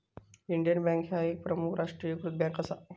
Indian Bank ह्या एक प्रमुख राष्ट्रीयीकृत बँक असा